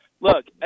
look